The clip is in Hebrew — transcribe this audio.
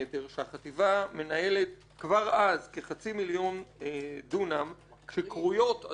שהחטיבה מנהלת כבר אז כחצי מיליון דונם שקרויות אדמות מדינה.